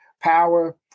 power